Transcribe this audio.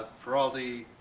for all the